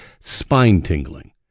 spine-tingling